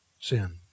sin